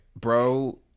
bro